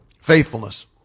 Faithfulness